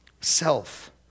self